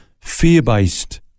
fear-based